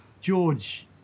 George